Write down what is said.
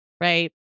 right